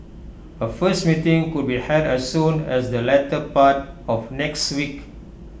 A first meeting could be held as soon as the latter part of next week